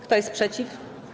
Kto jest przeciw?